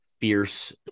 fierce